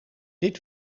dit